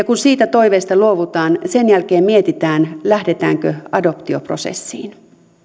kun siitä toiveesta luovutaan sen jälkeen mietitään lähdetäänkö adoptioprosessiin